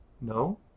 No